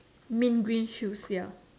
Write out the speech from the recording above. mint green shoes ya